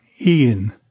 Ian